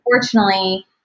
unfortunately